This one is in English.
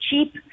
cheap